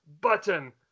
button